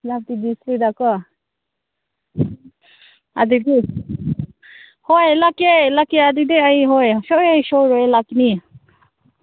Senapati district ꯀꯣ ꯑꯗꯨꯗꯤ ꯍꯣꯏ ꯂꯥꯛꯀꯦ ꯂꯥꯛꯀꯦ ꯑꯗꯨꯗꯤ ꯑꯩ ꯍꯣꯏ ꯁꯨꯡꯁꯣꯏ ꯁꯣꯏꯔꯣꯏ ꯂꯥꯛꯀꯅꯤ